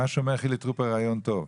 מה שאומר חיליק טרופר זה רעיון טוב.